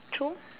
true